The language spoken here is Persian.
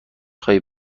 خواهی